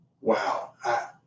wow